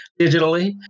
digitally